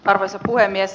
arvoisa puhemies